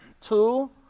two